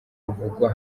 ruvugwa